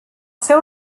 seu